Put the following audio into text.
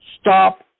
stop